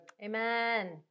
Amen